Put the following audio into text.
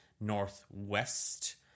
northwest